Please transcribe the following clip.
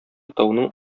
тауның